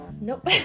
Nope